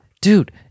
Dude